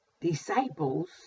Disciples